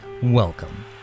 Welcome